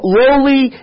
lowly